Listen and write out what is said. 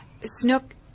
Snook